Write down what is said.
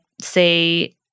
say